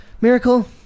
Miracle